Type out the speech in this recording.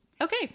Okay